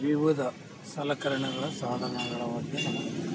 ವಿವಿಧ ಸಲಕರಣೆಗಳ ಸಾಧನಗಳ ಬಗ್ಗೆ ನಮಗೆ